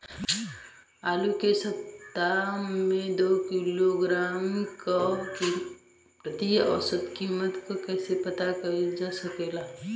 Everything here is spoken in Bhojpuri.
आलू के सप्ताह में दो किलोग्राम क प्रति औसत मूल्य क कैसे पता करल जा सकेला?